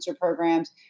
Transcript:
programs